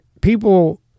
people